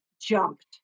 jumped